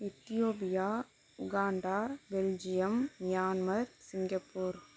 Ethiopia Uganda Belgium Myanmar Singapore